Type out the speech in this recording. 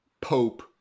Pope